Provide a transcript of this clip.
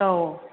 औ